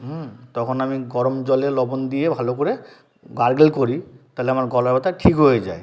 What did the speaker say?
হুম তখন আমি গরম জলে লবণ দিয়ে ভালো করে গারগেল করি তালে আমার গলা ব্যথা ঠিক হয়ে যায়